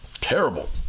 Terrible